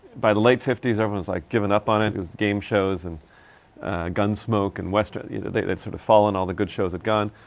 by the late fifty s everyone's like given up on it. it was the game shows and ah gunsmoke and western. you know they they had sort of fallen, all the good shows had gone.